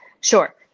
Sure